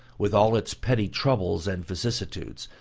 with all its petty troubles and vicissitudes,